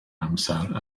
amser